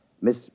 Miss